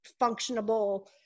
functionable